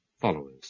followers